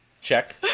check